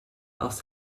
aus